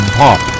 pop